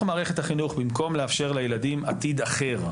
מערכת החינוך במקום לאפשר לילדים עתיד אחר.